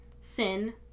sin